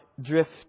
drift